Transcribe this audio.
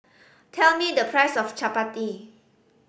tell me the price of chappati